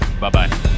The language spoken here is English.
Bye-bye